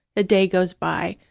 a day goes by,